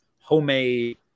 homemade